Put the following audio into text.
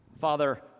Father